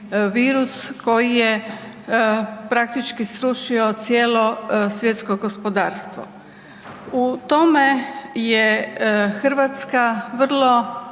koji je praktički srušio cijelo svjetsko gospodarstvo. U tome je RH vrlo